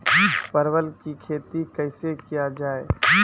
परवल की खेती कैसे किया जाय?